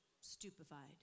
stupefied